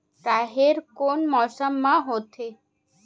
राहेर कोन मौसम मा होथे?